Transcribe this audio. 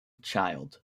child